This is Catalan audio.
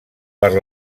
per